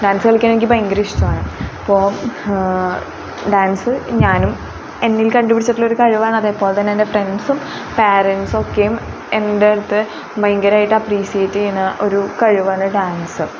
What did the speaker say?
dance കളിക്കാൻ എനിക്ക് ഭയങ്കര ഇഷ്ടമാണ് അപ്പോൾ ഡാൻസ് ഞാനും എന്നിൽ കണ്ട് പിടിച്ചിട്ടുള്ളൊരു കഴിവാണ് അതേപോലെ തന്നെ എൻ്റെ ഫ്രണ്ട്സും പാരന്റ്സ് ഒക്കെയും എന്റെയടുത്ത് ഭയങ്കരമായിട്ട് അപ്രീഷിയേറ്റ് ചെയ്യുന്ന ഒരു കഴിവാണ് ഡാൻസ്